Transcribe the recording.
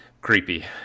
Creepy